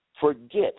forget